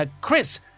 chris